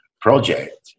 project